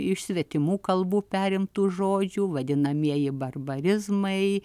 iš svetimų kalbų perimtų žodžių vadinamieji barbarizmai